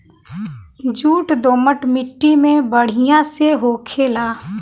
jute दोमट मट्टी में बढ़िया से होखेला